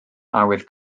awydd